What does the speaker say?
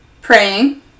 Praying